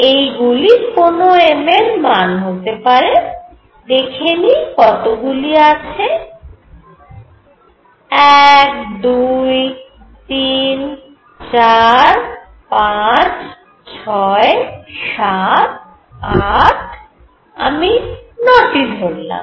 এইগুলি কোন m এর মান হতে পারে দেখে নিই কত গুলি আছে 1 2 3 4 5 6 7 8 আমি 9টি ধরলাম